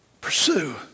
pursue